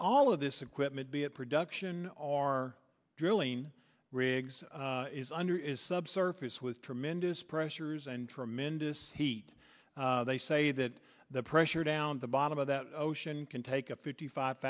all of this equipment be at production our drilling rigs is under is subsurface with tremendous pressures and tremendous heat they say that the pressure down the bottom of that ocean can take a fifty five